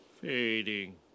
Fading